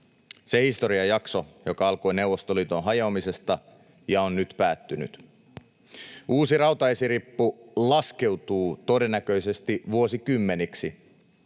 se historiajakso, joka alkoi Neuvostoliiton hajoamisesta ja on nyt päättynyt. Uusi rautaesirippu laskeutuu todennäköisesti vuosikymmeniksi.